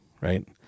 right